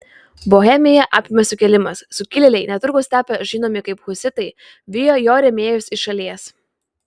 bohemiją apėmė sukilimas sukilėliai netrukus tapę žinomi kaip husitai vijo jo rėmėjus iš šalies